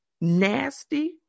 nasty